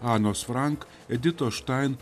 anos frank editos štain